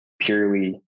purely